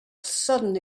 sudden